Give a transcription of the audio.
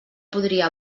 podria